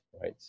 right